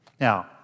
Now